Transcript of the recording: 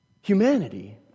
humanity